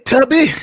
Tubby